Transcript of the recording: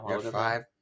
five